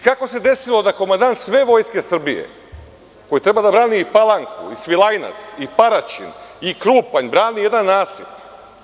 Kako se desilo da komandant sve Vojske Srbije, koji treba da brani i Palanku i Svilajnac i Paraćin i Krupanj, brani jedan nasip?